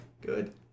good